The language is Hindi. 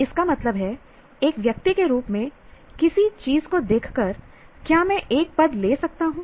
इसका मतलब है एक व्यक्ति के रूप में किसी चीज़ को देखकर क्या मैं एक पद ले सकता हूँ